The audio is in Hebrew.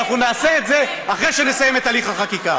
ואנחנו נעשה את זה אחרי שנסיים את הליך החקיקה.